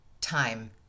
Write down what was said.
time